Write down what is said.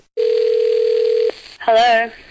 Hello